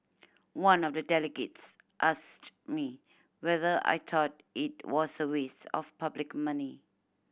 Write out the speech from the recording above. one of the delegates asked me whether I thought it was a waste of public money